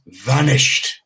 vanished